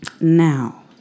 Now